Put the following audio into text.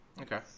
Okay